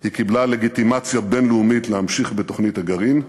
היא קיבלה לגיטימציה בין-לאומית להמשיך בתוכנית הגרעין,